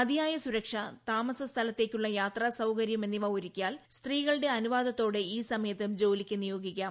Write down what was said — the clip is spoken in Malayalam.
മതിയായ സുരക്ഷ താമസസ്ഥലത്തേക്കുള്ള യാത്രാസൌകര്യം എന്നിവ ഒരുക്കിയാൽ സ്ത്രീകളുടെ അനുവാദത്തോടെ ഈ സമയത്തും ജോലിക്ക് നിയോഗിക്കാം